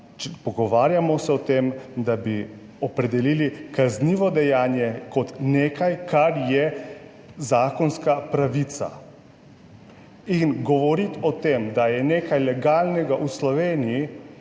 pogovarjamo se o tem, da bi opredelili kaznivo dejanje kot nekaj, kar je zakonska pravica. In govoriti o tem, da je nekaj legalnega v Sloveniji